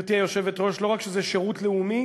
גברתי היושבת-ראש, לא רק שזה לא שירות לאומי,